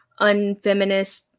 unfeminist